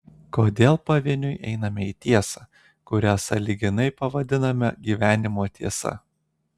kodėl pavieniui einame į tiesą kurią sąlyginai pavadiname gyvenimo tiesa